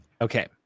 Okay